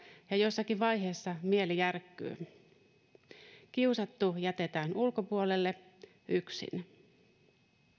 ja jossakin vaiheessa mieli järkkyy kiusattu jätetään ulkopuolelle yksin